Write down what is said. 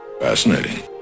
Fascinating